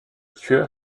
tueur